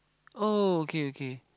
oh okay okay